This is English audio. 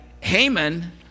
Haman